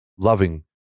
loving